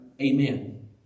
Amen